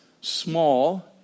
small